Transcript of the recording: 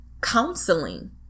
counseling